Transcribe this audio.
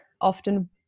often